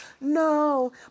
No